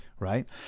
Right